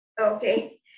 okay